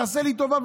תעשה לי טובה,